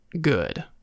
good